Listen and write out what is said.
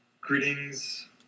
greetings